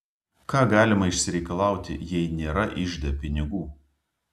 ką galima išsireikalauti jei nėra ižde pinigų